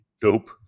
dope